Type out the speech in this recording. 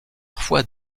parfois